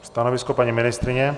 Stanovisko paní ministryně?